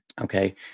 Okay